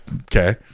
okay